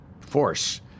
force